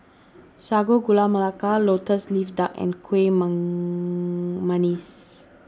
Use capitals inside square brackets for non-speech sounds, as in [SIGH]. Sago Gula Melaka Lotus Leaf Duck and Kueh [UNINTELLIGIBLE] Manggis